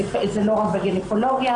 זה לא רק בגינקולוגיה,